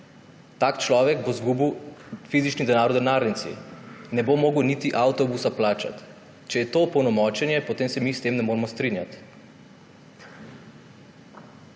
Tak človek bo izgubil fizični denar v denarnici, ne bo mogel niti avtobusa plačati. Če je to opolnomočenje, potem se mi s tem ne moremo strinjati.